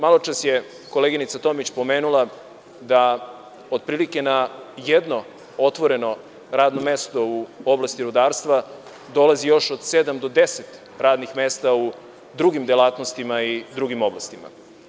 Maločas je koleginica Tomić ponovila da otprilike na jedno otvoreno radno mesto u oblasti rudarstva dolazi još od sedam do deset radnih mesta u drugim delatnostima i drugim oblastima.